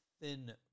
thin